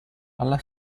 alla